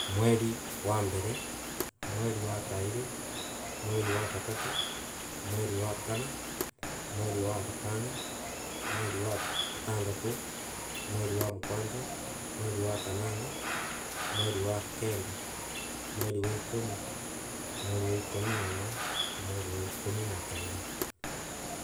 Mweri wa mbere. mweri wa kiari. mweriwa gatatu. mweri wa kana. mweri wa gatano. mweri wa gatandatu. mweri wa mugwanja. mweri wa kanana. mweri wa kenda. mweri wa ikumi. mweri wa ikumi na imwa. mweri wa ikumi na igiiri.